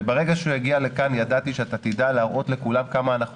וברגע שהוא יגיע לכאן ידעתי שאתה תדע להראות לכולם כמה אנחנו